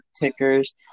tickers